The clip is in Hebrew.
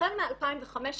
החל משנת 2015,